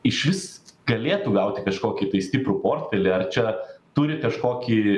išvis galėtų gauti kažkokį tai stiprų portfelį ar čia turi kažkokį